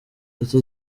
icyo